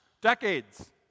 decades